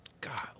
God